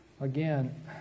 Again